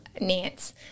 Nance